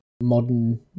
modern